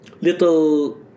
little